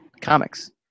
comics